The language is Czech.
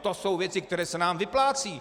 To jsou věci, které se nám vyplácejí.